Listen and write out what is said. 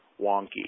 wonky